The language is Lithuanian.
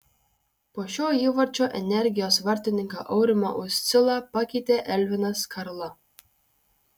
po šio įvarčio energijos vartininką aurimą uscilą pakeitė elvinas karla